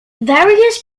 various